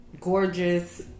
gorgeous